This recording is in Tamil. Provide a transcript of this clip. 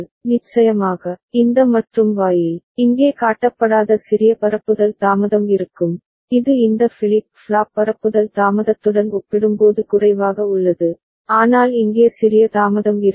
A' நிச்சயமாக இந்த மற்றும் வாயில் இங்கே காட்டப்படாத சிறிய பரப்புதல் தாமதம் இருக்கும் இது இந்த ஃபிளிப் ஃப்ளாப் பரப்புதல் தாமதத்துடன் ஒப்பிடும்போது குறைவாக உள்ளது ஆனால் இங்கே சிறிய தாமதம் இருக்கும்